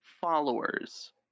followers